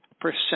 percent